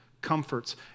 comforts